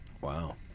Wow